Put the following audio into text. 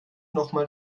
nochmal